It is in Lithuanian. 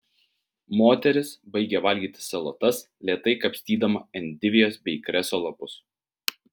moteris baigė valgyti salotas lėtai kapstydama endivijos bei kreso lapus